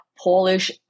Polish